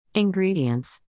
Ingredients